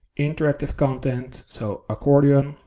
interactive content, so accordia,